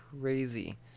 crazy